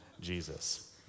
Jesus